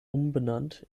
umbenannt